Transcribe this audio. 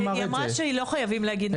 היא אמרה שלא צריך לציין.